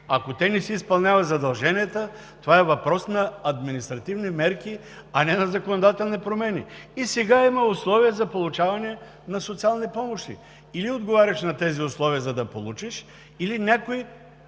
Ако те не си изпълняват задълженията, това е въпрос на административни мерки, а не на законодателни промени. И сега има условия за получаване на социални помощи – или отговаряш на тези условия, за да получиш, или някой